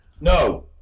No